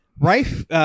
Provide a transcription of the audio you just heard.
Rife